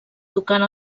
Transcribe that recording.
tocant